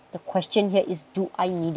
the question here is do I need it